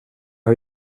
har